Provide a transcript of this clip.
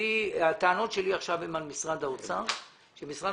הטענות שלי עכשיו הן על משרד האוצר שלא